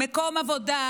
מקום עבודה,